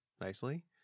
nicely